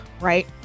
right